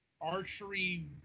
archery